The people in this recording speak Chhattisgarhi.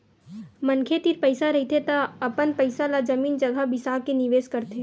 मनखे तीर पइसा रहिथे त अपन पइसा ल जमीन जघा बिसा के निवेस करथे